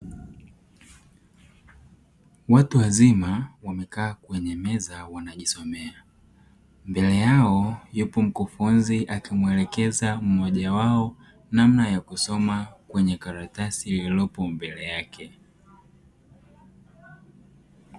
Watu wazima wamekaa kwenye meza wanajisomea, mbele yao yupo mkufunzi akimwelekeza mmoja wao namna ya kusoma kwenye karatasi lililopo mbele yake.